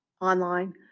online